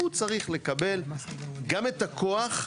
הוא צריך לקבל גם את הכוח,